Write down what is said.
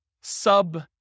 sub